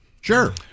sure